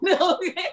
okay